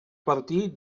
partir